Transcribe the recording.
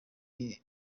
bibero